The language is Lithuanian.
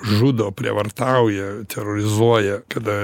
žudo prievartauja terorizuoja kada